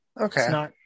Okay